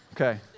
Okay